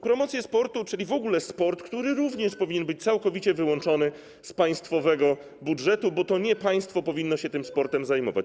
Promocję sportu, czyli w ogóle sport, który również powinien być całkowicie wyłączony z państwowego budżetu, bo to nie państwo powinno się sportem zajmować.